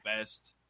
Best